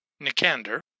Nicander